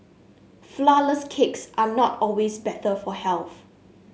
flourless cakes are not always better for health